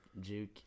juke